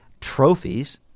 trophies